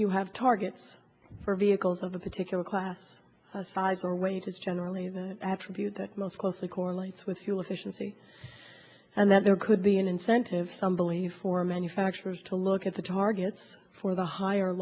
you have targets for vehicles of a particular class size or weight is generally an attribute that most closely correlates with fuel efficiency and that there could be an incentive some belief for manufacturers to look at the targets for the higher